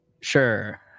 Sure